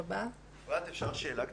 אפרת, אפשר שאלה קטנה?